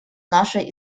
нашей